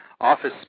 office